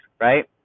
right